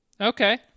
Okay